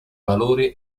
valore